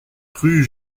rue